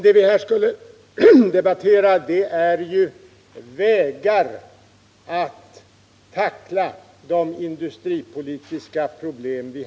Det vi här skulle debattera är vägar att tackla de industripolitiska problemen.